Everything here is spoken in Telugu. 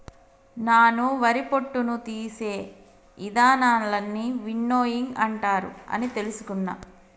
నాను వరి పొట్టును తీసే ఇదానాలన్నీ విన్నోయింగ్ అంటారు అని తెలుసుకున్న